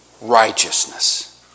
righteousness